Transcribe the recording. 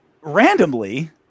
randomly